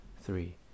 three